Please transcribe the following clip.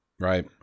Right